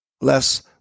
less